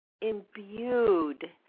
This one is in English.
imbued